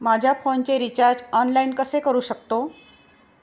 माझ्या फोनचे recharge online कसे करू शकतो?